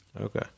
Okay